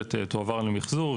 מהפסולת תועבר למחזור,